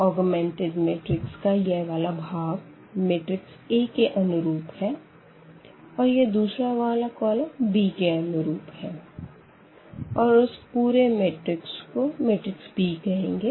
augmented matrix का यह वाला भाग मैट्रिक्स A के अनुरूप है और यह दूसरा वाला कॉलम b के अनुरूप है और इस पूरे मैट्रिक्स को b कहेंगे